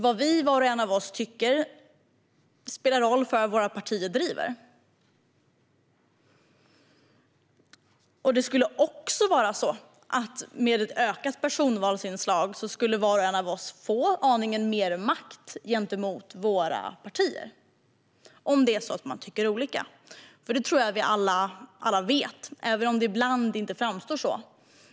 Vad var och en av oss tycker spelar ju roll för vilka frågor våra partier driver. Med ett ökat personvalsinslag skulle också var och en av oss få aningen mer makt gentemot våra partier, om vi tycker olika. Det tror jag att vi alla vet, även om det ibland inte framstår så.